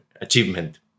achievement